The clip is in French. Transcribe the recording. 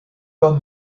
tom